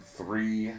three